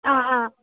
अँ अँ